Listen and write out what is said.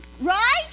Right